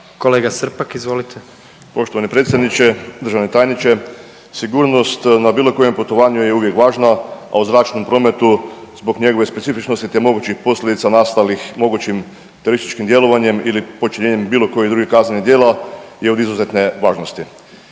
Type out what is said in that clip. **Srpak, Dražen (HDZ)** Poštovani predsjedniče, državni tajniče sigurnost na bilo kojem putovanju je uvijek važna, a u zračnom prometu zbog njegove specifičnosti te mogućih posljedica nastalih mogućim terorističkim djelovanjem ili počinjenjem bilo kojih drugih kaznenih djela je od izuzetne važnosti.